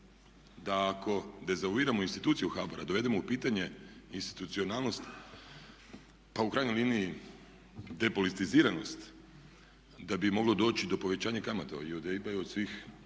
da ako dezavuiramo institucije u HBOR a dovedemo u pitanje institucionalnost, pa u krajnjoj liniji depolitiziranost da bi moglo doći do povećanja kamata i od EIB-a